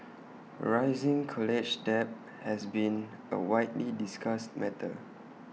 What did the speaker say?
rising college debt has been A widely discussed matter